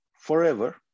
forever